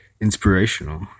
inspirational